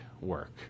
work